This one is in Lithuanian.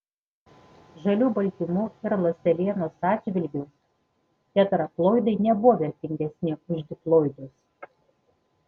žalių baltymų ir ląstelienos atžvilgiu tetraploidai nebuvo vertingesni už diploidus